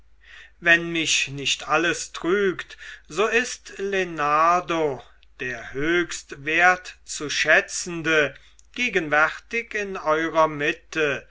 wenn mich nicht alles triegt so ist lenardo der höchst wertzuschätzende gegenwärtig in eurer mitte